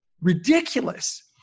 ridiculous